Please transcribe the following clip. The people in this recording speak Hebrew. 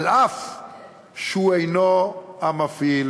אף שהוא אינו המפעיל